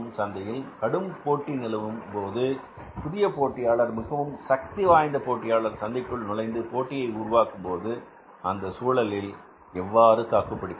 சந்தையில் கடுமையான போட்டி நிலவும் போது புதிய போட்டியாளர் மிகவும் சக்திவாய்ந்த போட்டியாளர் சந்தைக்குள் நுழைந்து போட்டியை உருவாக்கும்போது அந்த சூழலில் எவ்வாறு தாக்குபிடிப்பது